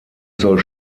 soll